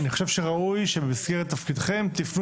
אני חושב שראוי שבמסגרת תפקידכם תפנו